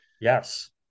Yes